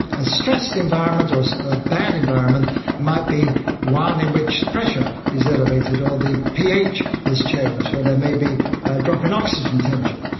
a stressed environment or a bad environment might be one in which pressure is elevated or the ph has changed or there may be a drop in oxygen tension.